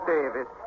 Davis